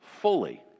fully